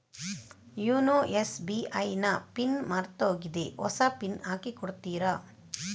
YONO SBI ನ PIN ಮರ್ತೋಗಿದೆ ಹೊಸ ಪಿನ್ ಹಾಕಿ ಕೊಡ್ತೀರಾ?